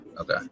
Okay